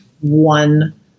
one